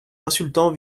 insultant